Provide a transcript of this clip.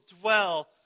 dwell